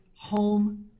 home